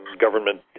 government